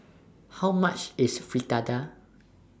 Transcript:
How much IS Fritada